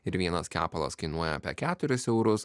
ir vienas kepalas kainuoja apie keturis eurus